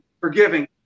forgiving